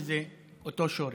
שזה אותו שורש.